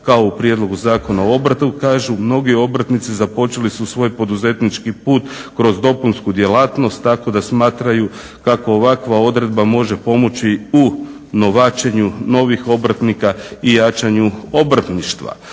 kao u Prijedlogu zakona o obrtu, kažu mnogi obrtnici započeli su svoj poduzetnički put kroz dopunsku djelatnost tako da smatraju kako ovakva odredba može pomoći u novačenju novih obrtnika i jačanju obrtništva,